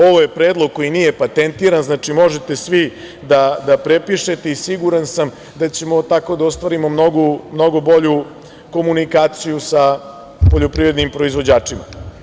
Ovo je predlog koji nije patentiran, znači, možete svi da prepišete i siguran sam da ćemo tako da ostvarimo mnogo bolju komunikaciju sa poljoprivrednim proizvođačima.